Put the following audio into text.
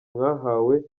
mwahawe